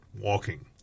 walking